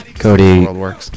Cody